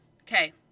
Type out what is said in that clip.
Okay